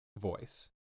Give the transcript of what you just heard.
voice